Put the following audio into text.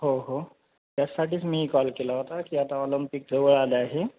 हो हो त्यासाठीच मी कॉल केला होता की आता ऑलंपिक जवळ आले आहे